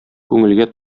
күңелгә